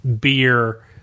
Beer